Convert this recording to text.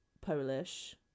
Polish